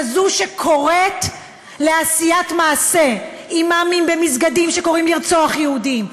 כזאת שקוראת לעשיית מעשה: אימאמים במסגדים שקוראים לרצוח יהודים,